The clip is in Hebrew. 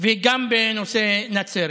וגם בנושא נצרת.